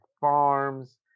farms